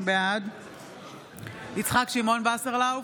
בעד יצחק שמעון וסרלאוף,